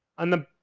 on the,